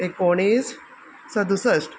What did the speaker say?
एकोणीस सदुसश्ट